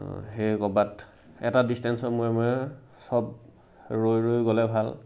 সেই ক'ৰবাত এটা ডিষ্টেঞ্চ মূৰে মূৰে চব ৰৈ ৰৈ গ'লে ভাল